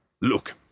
Look